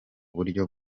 buryo